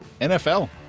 NFL